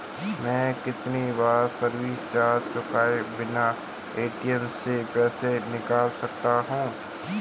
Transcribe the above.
मैं कितनी बार सर्विस चार्ज चुकाए बिना ए.टी.एम से पैसे निकाल सकता हूं?